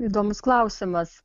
įdomus klausimas